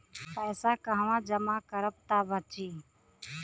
पैसा कहवा जमा करब त बची?